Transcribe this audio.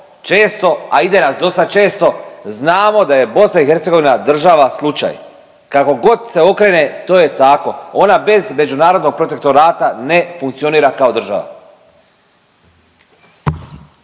često, a ide nas dosta često znamo da je BiH država slučaj. Kako god se okrene to je tako ona bez međunarodnog protektorata ne funkcionira kao država.